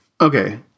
Okay